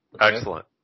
Excellent